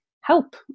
help